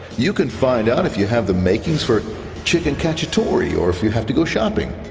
you can find out if you have the makings for chicken cacciatore or if you have to go shopping.